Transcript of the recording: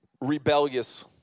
Rebellious